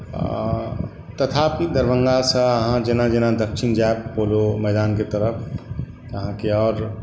आ तथापि दरभंगासँ आहाँ जेना जेना दक्षिण जायब पूर्व मैदानके तरफ तऽ आहाँके आओर